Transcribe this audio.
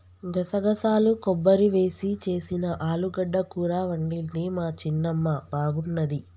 గసగసాలు కొబ్బరి వేసి చేసిన ఆలుగడ్డ కూర వండింది మా చిన్నమ్మ బాగున్నది